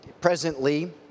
presently